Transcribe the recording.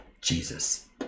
Jesus